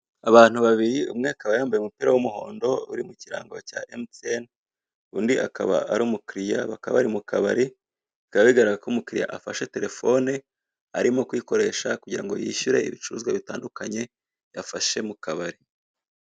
Abantu babiri, umwe akaba yambaye umupira w'umuhondo uri mu kirango cya emuteyeni, undi akaba ari umukiriya bakaba bari mu kabari, bikaba bigaragara ko umukiriya afashe terefone arimo kuyikoresha kugira ngo yishyure ibicuruzwa bitandukanye yafashe mu kabari.